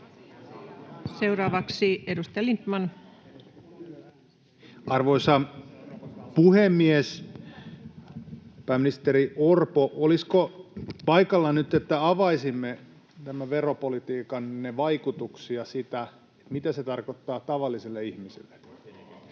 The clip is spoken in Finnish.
Time: 16:44 Content: Arvoisa puhemies! Pääministeri Orpo, olisiko paikallaan nyt, että avaisimme tämän veropolitiikkanne vaikutuksia, sitä, mitä se tarkoittaa tavalliselle ihmiselle,